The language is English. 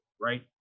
right